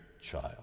child